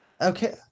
Okay